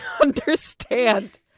understand